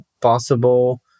possible